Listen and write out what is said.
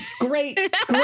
great